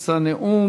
אשא נאום